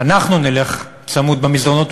אנחנו נלך צמוד במסדרונות,